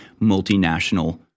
multinational